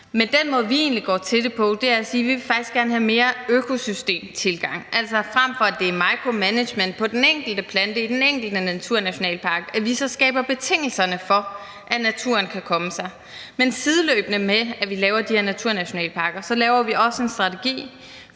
men den måde, vi egentlig går til det på, er ved at sige, at vi faktisk gerne vil have en økosystemtilgang. Altså, frem for at det er micromanagement af den enkelte plante i den enkelte naturnationalpark, skaber vi betingelserne for, at naturen kan komme sig. Men sideløbende med at vi laver de her naturnationalparker, laver vi også en strategi